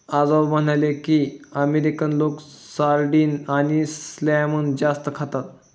आजोबा म्हणाले की, अमेरिकन लोक सार्डिन आणि सॅल्मन जास्त खातात